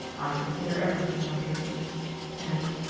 i consider every thing, my dearest miss and,